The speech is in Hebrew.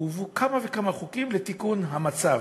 הועברו כמה וכמה חוקים לתיקון המצב.